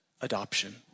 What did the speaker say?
adoption